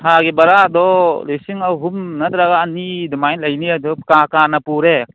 ꯊꯥꯒꯤ ꯚꯔꯥꯗꯣ ꯂꯤꯁꯤꯡ ꯑꯍꯨꯝ ꯅꯠꯇ꯭ꯔꯒ ꯑꯅꯤ ꯑꯗꯨꯃꯥꯏ ꯂꯩꯅꯤ ꯑꯗꯨ ꯀꯥ ꯀꯥꯅ ꯄꯨꯔꯦ